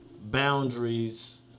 boundaries